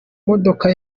modoka